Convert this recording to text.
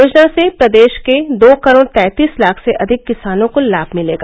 योजना से प्रदेश के दो करोड़ तैंतीस लाख से अधिक किसानों को लाभ मिलेगा